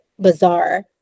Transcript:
bizarre